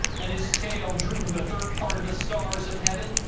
and his tail drew the third part of the stars of heaven,